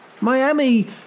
Miami